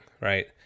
right